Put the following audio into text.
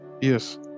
yes